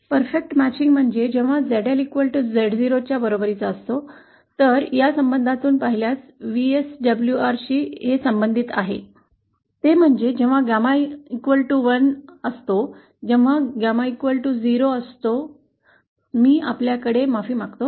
एक परिपूर्ण जुळणी परस्पर जुळते म्हणजेच परिपूर्ण जुळणी म्हणजे जेव्हा ZL Z0 च्या बरोबरीचा असतो तर या संबंधातून पाहिलेल्या VSWR शी संबंधित आहे ते म्हणजे जेव्हा 𝚪1 च्या बरोबरीचा असतो जेव्हा जेव्हा 𝚪 0 च्या बरोबरीचा असतो मी आपल्याकडे माफी मागतो